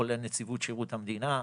כולל נציבות שירות המדינה,